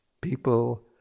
people